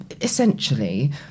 essentially